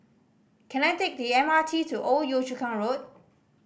can I take the M R T to Old Yio Chu Kang Road